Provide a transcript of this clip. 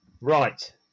Right